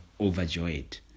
overjoyed